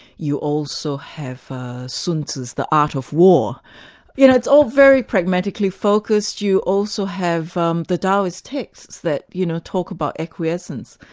you also have sun tzu's the art of war. you know it's all very pragmatically focused. you also have um the taoist texts that you know talk about acquiescence,